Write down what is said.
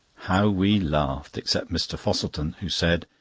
how we laughed except mr. fosselton, who said,